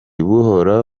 buhora